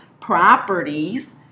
properties